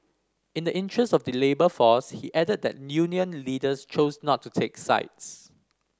in the interest of the labour force he added that union leaders chose not to take sides